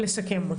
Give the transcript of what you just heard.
נא לסכם.